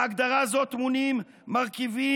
בהגדרה הזאת טמונים מרכיבים